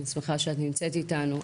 אני שמחה שאת נמצאת איתנו.